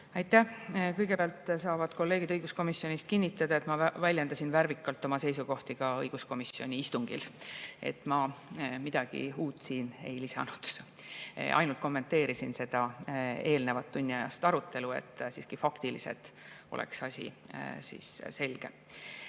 Aitäh! Kõigepealt, kolleegid õiguskomisjonist saavad kinnitada, et ma väljendasin värvikalt oma seisukohti ka õiguskomisjoni istungil, ma midagi uut siin ei lisanud. Ainult kommenteerisin seda eelnevat tunniajast arutelu, et faktiliselt oleks asi selge.